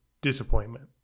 disappointment